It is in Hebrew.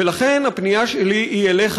ולכן הפנייה שלי היא אליך,